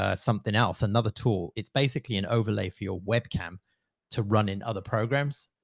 ah something else, another tool, it's basically an overlay for your webcam to run in other programs.